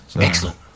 Excellent